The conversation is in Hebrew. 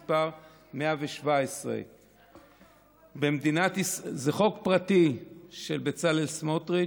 מס' 117). זה חוק פרטי של בצלאל סמוטריץ,